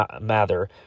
Mather